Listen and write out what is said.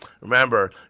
Remember